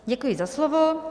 Děkuji za slovo.